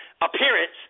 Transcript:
appearance